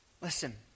Listen